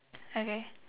okay